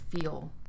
feel